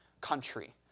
country